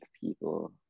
people